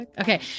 Okay